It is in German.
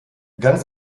ganz